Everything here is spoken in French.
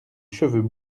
cheveux